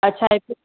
अच्छा